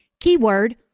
Keyword